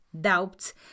doubts